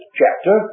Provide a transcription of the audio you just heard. chapter